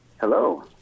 Hello